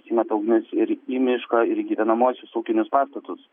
įsimeta ugnis ir į mišką ir į gyvenamuosius ūkinius pastatus